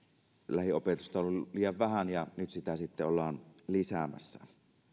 lähiopetusta on ollut liian vähän ja nyt sitä sitten ollaan lisäämässä